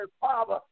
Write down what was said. Father